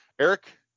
Eric